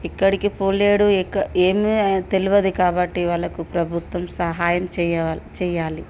ఎక్కడికి పోలేడు ఎక్క ఏమీ తెలియదు కాబట్టి వాళ్ళకు ప్రభుత్వం సహాయం చెయ్యవలె చెయ్యాలి